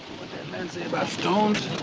man say about stones?